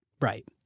Right